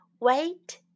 Wait